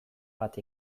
bat